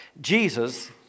Jesus